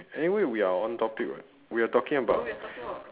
anyway we are on topic [what] we're talking about